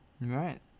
right